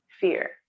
fear